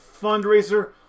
Fundraiser